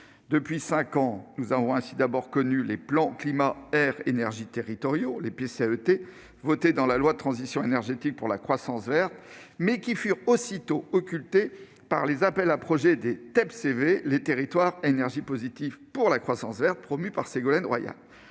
dernières années, nous avons ainsi d'abord connu les plans climat-air-énergie territoriaux (PCAET), mis en place par la loi relative à la transition énergétique pour la croissance verte, lesquels ont aussitôt été occultés par les appels à projets des TEPCV, les territoires à énergie positive pour la croissance verte promus par Ségolène Royal.